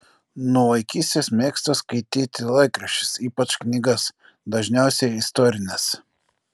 nuo vaikystės mėgsta skaityti laikraščius ypač knygas dažniausiai istorines